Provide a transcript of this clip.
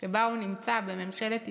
שבה הוא נמצא בממשלת ישראל,